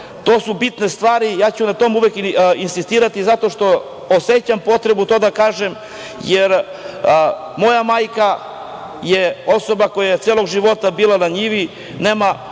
to su bitne stvari i na tome ću uvek insistirati zato što osećam potrebu to da kažem, jer moja majka je osoba koja je celog života bila na njivi. Nema